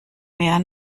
mehr